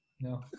no